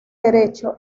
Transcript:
derecho